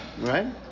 right